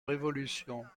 révolution